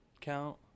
count